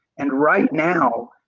and right now,